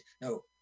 no